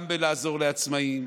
גם בלעזור לעצמאים,